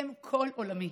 אתם כל עולמי.